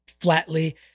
flatly